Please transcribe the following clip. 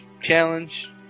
challenge